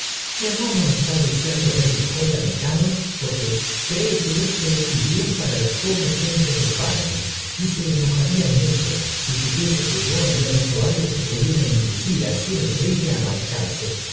hermano está deseando ver el hall habitado porque cree que esto es un bien para las pobres gentes del páramo y se enojaría mucho si supiese que yo había dicho algo que pudiera inducir á sir enrique á marcharse